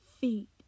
feet